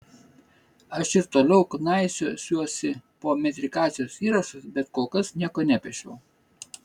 aš ir toliau knaisiosiuosi po metrikacijos įrašus bet kol kas nieko nepešiau